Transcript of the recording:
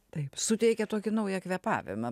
taip suteikia tokį naują kvėpavimą